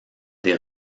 des